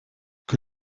que